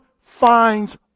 finds